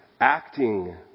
acting